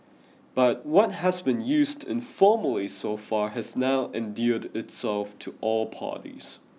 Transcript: but what has been used informally so far has now endeared itself to all parties